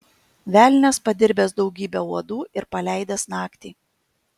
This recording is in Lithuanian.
velnias padirbęs daugybę uodų ir paleidęs naktį